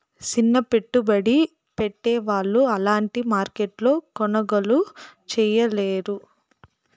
సిన్న పెట్టుబడి పెట్టే వాళ్ళు అలాంటి మార్కెట్లో కొనుగోలు చేయలేరు